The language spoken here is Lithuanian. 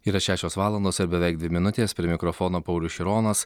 yra šešios valandos ar beveik dvi minutės prie mikrofono paulius šironas